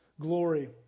glory